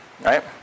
right